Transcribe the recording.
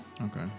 Okay